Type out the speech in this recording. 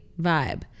vibe